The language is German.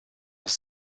noch